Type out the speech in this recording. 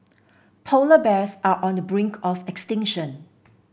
polar bears are on the brink of extinction